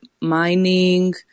mining